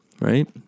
Right